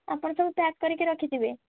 ଆପଣ ସବୁ ପ୍ୟାକ୍ କରିକି ରଖିଥିବେ